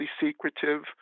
secretive